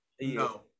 No